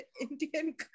Indian